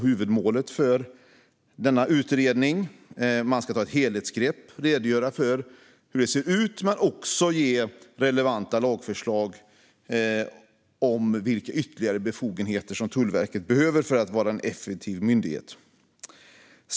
Huvudmålet för denna utredning är att ta ett helhetsgrepp, redogöra för hur det ser ut och ge relevanta lagförslag om vilka ytterligare befogenheter Tullverket behöver för att vara en effektiv myndighet.